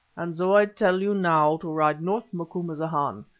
and so i tell you now to ride north, macumazahn,